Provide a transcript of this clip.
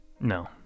No